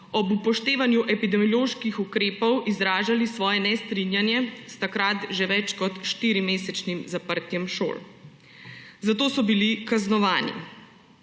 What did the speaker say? ob upoštevanju epidemioloških ukrepov izražali svoje nestrinjanje s takrat že več kot štirimesečnim zaprtjem šol. Za to so bili kaznovani.